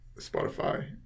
Spotify